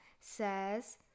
says